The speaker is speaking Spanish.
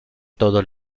todos